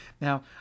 Now